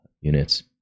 units